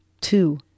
two